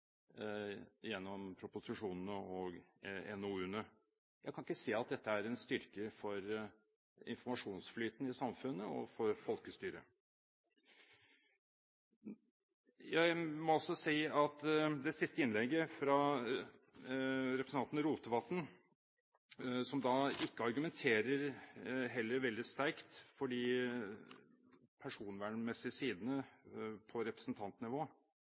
gjennom proposisjonene og NOU-ene. Jeg kan ikke se at dette er en styrke for informasjonsflyten i samfunnet og for folkestyret. Jeg må også si at i det siste innlegget fra representanten Rotevatn, som heller ikke argumenterer veldig sterkt for de personvernmessige sidene på representantnivå